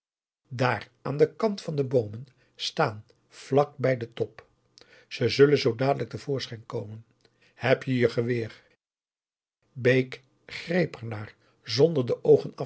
daar aan den kant waar de boomen staan vlak bij den top ze zullen zoo dadelijk te voorschijn komen heb je je geweer bake greep er naar zonder de